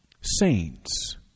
saints